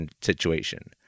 situation